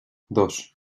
dos